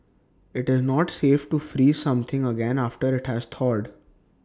IT is not safe to freeze something again after IT has thawed